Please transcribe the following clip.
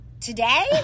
today